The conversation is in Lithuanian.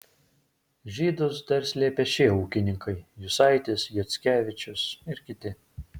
žydus dar slėpė šie ūkininkai jusaitis jackevičius ir kiti